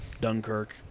Dunkirk